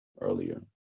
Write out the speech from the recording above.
earlier